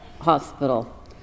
Hospital